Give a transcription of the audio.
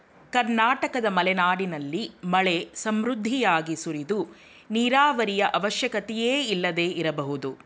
ಕರ್ನಾಟಕದ ಮಲೆನಾಡಿನಲ್ಲಿ ಮಳೆ ಸಮೃದ್ಧಿಯಾಗಿ ಸುರಿದು ನೀರಾವರಿಯ ಅವಶ್ಯಕತೆಯೇ ಇಲ್ಲದೆ ಇರಬಹುದು